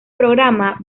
programa